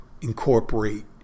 incorporate